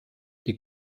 die